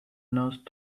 nurse